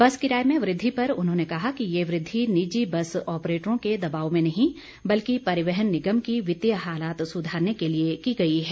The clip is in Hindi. बस किराए में वृद्धि पर उन्होंने कहा कि ये वृद्धि निजी बस ऑपरेटरों के दबाव में नहीं बल्कि परिवहन निगम की वित्तीय हालत सुधारने के लिए की गई है